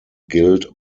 guilt